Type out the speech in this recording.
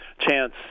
chance